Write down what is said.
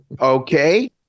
Okay